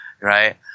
Right